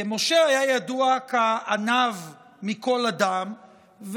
כי משה היה ידוע כעניו מכל אדם,